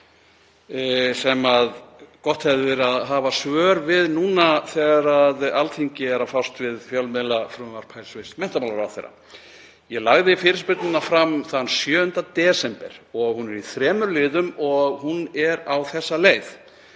sem gott hefði verið að hafa svör við nú þegar Alþingi er að fást við fjölmiðlafrumvarp hæstv. menntamálaráðherra. Ég lagði fyrirspurnina fram þann 7. desember, hún er í þremur liðum og hún er á þessa leið.